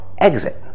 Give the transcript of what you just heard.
exit